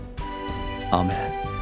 Amen